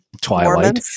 twilight